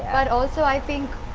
but also i think.